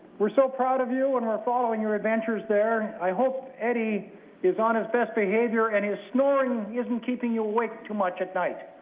we're so proud of you and are following your adventures there. i hope eddy is on his best behaviour and his snoring isn't keeping you awake too much at night.